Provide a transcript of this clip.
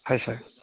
হয় ছাৰ